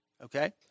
Okay